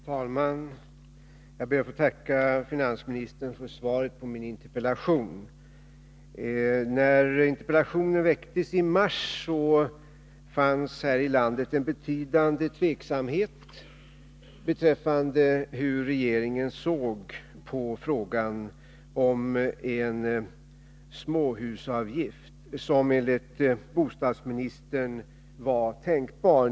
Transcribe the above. Fru talman! Jag ber att få tacka finansministern för svaret på min interpellation. När interpellationen ställdes i mars fanns det här i landet en betydande tveksamhet beträffande hur regeringen såg på en småhusavgift, som enligt bostadsministern var tänkbar.